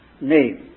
name